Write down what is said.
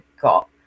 got